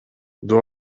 доо